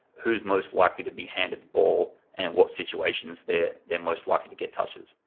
who's most likely to be handed the ball and what situations they're they're most likely to get touches.